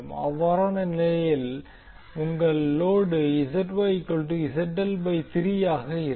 அவ்வாறான நிலையில் உங்கள் லோடு ஆக இருக்கும்